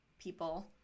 people